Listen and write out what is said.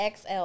XL